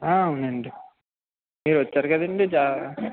అవునండి మీరొచ్చారు కదండి జా